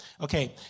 Okay